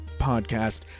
podcast